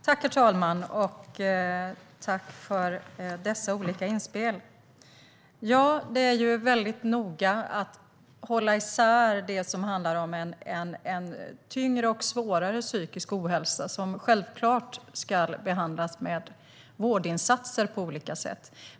Herr talman! Jag tackar för dessa olika inspel. Det är viktigt att hålla isär de här sakerna. Tyngre och svårare psykisk ohälsa ska självklart behandlas med vårdinsatser på olika sätt.